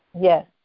Yes